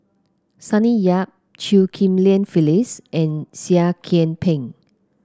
Sonny Yap Chew Ghim Lian Phyllis and Seah Kian Peng